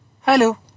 Hello